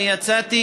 אני יצאתי